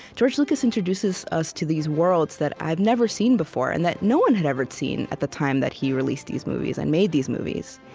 george lucas introduces us to these worlds that i've never seen before, and that no one had ever seen at the time that he released these movies and made these movies.